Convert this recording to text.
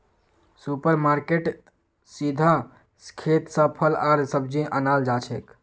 super मार्केटेत सीधा खेत स फल आर सब्जी अनाल जाछेक